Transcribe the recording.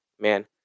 man